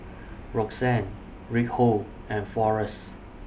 Roxann Reinhold and Forrest